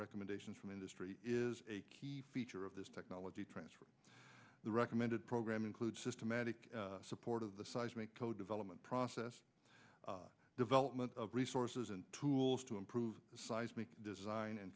recommendations from industry is a key feature of this technology transfer the recommended program include systematic support of the seismic code development process development of resources and tools to improve seismic design